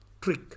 trick